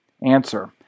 Answer